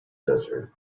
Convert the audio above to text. desert